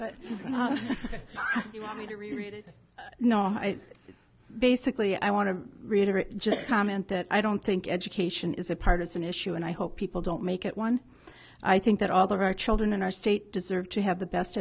read no i basically i want to reiterate just comment that i don't think education is a partisan issue and i hope people don't make it one i think that all of our children in our state deserve to have the best